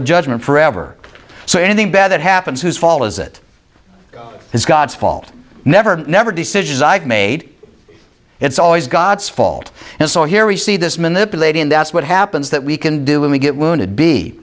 a judgment forever so anything bad that happens whose fault is it is god's fault never never decisions i've made it's always god's fault and so here we see this manipulating that's what happens that we can do when we get wound